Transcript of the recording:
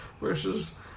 versus